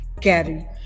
carry